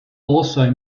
also